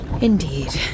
Indeed